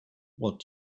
what